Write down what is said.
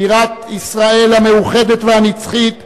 בירת ישראל המאוחדת והנצחית,